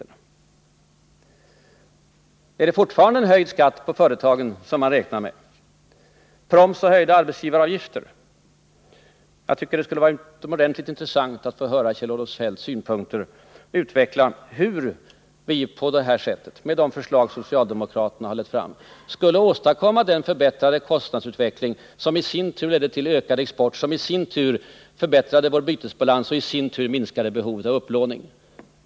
Räknar han fortfarande med höjd skatt på företagen, proms och höjda arbetsgivaravgifter? Jag tycker det skulle vara utomordentligt intressant att få höra Kjell-Olof Feldt utveckla sina synpunkter på hur vi med de förslag socialdemokraterna lagt fram skulle åstadkomma den förbättrade kostnadsutveckling som i sin tur skulle leda till ökad export, som i sin tur skulle förbättra vår bytesbalans och minska behovet av upplåning.